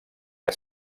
que